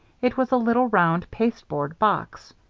it was a little, round, pasteboard box.